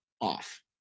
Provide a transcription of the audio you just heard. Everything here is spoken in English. off